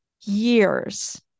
years